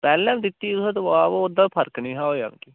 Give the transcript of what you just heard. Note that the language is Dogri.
पैह्लें बी दित्ती तुसें दवा ओह् ओह्दा फर्क नि हा होएया मिकी